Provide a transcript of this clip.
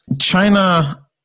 China